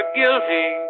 guilty